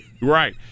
Right